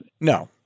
No